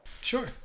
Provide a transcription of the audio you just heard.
Sure